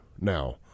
now